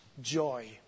joy